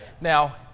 Now